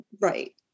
right